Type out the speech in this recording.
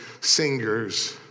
singers